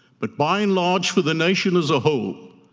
but by and large for the nation as a whole,